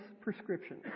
prescription